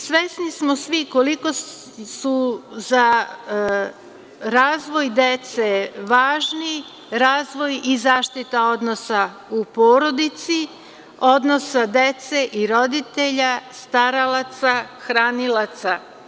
Svesni smo svi koliko su za razvoj dece važni razvoj i zaštita odnosa u porodici, odnosa dece i roditelja, staralaca, hranilaca.